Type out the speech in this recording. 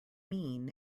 mean